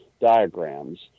diagrams